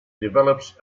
develops